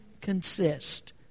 consist